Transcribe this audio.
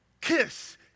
Kiss